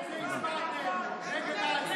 בגלל זה הצבעתם נגד העצמאים.